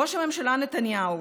ראש הממשלה נתניהו,